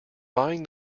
buying